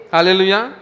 Hallelujah